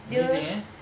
amazing eh